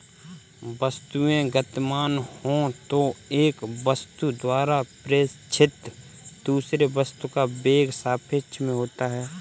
वस्तुएं गतिमान हो तो एक वस्तु द्वारा प्रेक्षित दूसरे वस्तु का वेग सापेक्ष में होता है